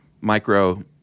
micro